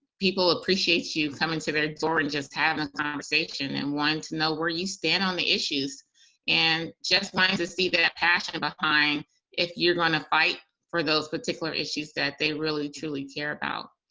people appreciate you coming to their door and just having a conversation and wanting to know where you stand on the issues and just want to see that passion behind if you're going to fight for those particular issues that they really truly care about,